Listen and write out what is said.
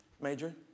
major